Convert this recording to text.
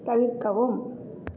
தவிர்க்கவும்